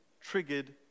triggered